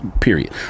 period